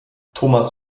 thomas